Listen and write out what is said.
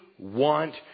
want